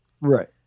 Right